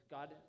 God